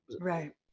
right